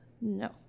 No